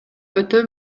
өтө